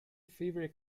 favorite